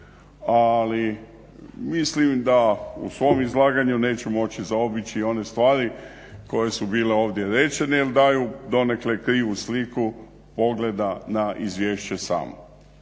Ali mislim da u svom izlaganju neću moći zaobići one stvari koje su bile ovdje veće jer daju donekle krivu sliku pogleda na izvješće samo.